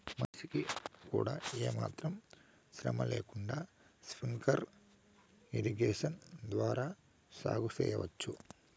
మనిషికి కూడా ఏమాత్రం శ్రమ లేకుండా స్ప్రింక్లర్ ఇరిగేషన్ ద్వారా సాగు చేయవచ్చు